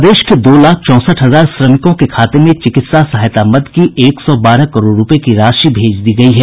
प्रदेश के दो लाख चौंसठ हजार श्रमिकों के खाते में चिकित्सा सहायता मद की एक सौ बारह करोड़ रुपये की राशि भेज दी गयी है